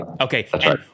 Okay